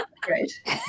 great